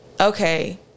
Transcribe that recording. Okay